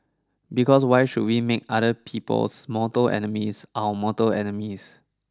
because why should we make other people's mortal enemies our mortal enemies